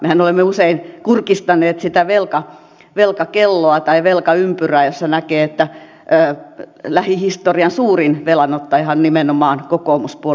mehän olemme usein kurkistaneet sitä velkakelloa tai velkaympyrää josta näkee että lähihistorian suurin velanottajahan on nimenomaan kokoomuspuolue